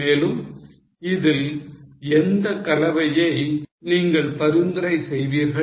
மேலும் இதில் எந்த கலவையை நீங்கள் பரிந்துரை செய்வீர்கள்